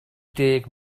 deg